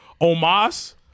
Omas